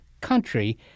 country